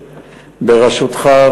בראשותך,